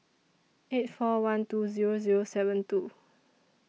eight four one two Zero Zero seven two